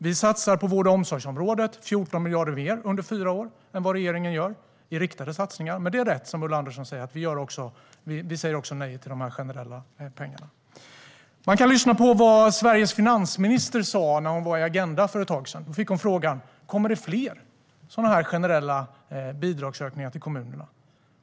Vi satsar 14 miljarder mer än regeringen gör på vård och omsorgsområdet under fyra år i riktade satsningar. Men det är rätt som Ulla Andersson säger: Vi säger också nej till de generella pengarna. Man kan lyssna på vad Sveriges finansminister sa när hon var med i Agenda för ett tag sedan. Då fick hon frågan: Kommer det fler sådana här generella bidragsökningar till kommunerna?